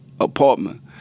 apartment